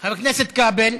חבר הכנסת כבל.